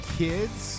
kids